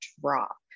drop